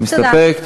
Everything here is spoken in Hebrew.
אני מסתפק.